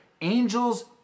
angels